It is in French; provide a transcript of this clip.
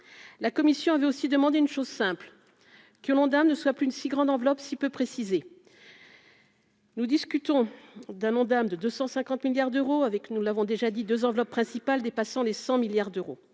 la commission avait aussi demandé une chose simple que ne soit plus une si grande enveloppe si tu peux préciser, nous discutons d'un Ondam de 250 milliards d'euros avec, nous l'avons déjà dit 2 enveloppes principale dépassant les 100 milliards d'euros,